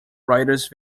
writers